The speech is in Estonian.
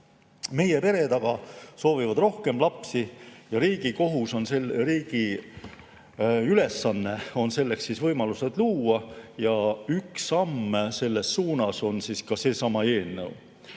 Meie pered aga soovivad rohkem lapsi ja riigi kohus, riigi ülesanne on selleks võimalused luua. Üks samm selles suunas on seesama eelnõu.